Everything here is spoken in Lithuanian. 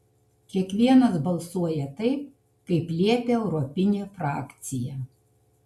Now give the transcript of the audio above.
kiekvienas balsuoja taip kaip liepia europinė frakcija